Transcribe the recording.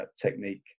technique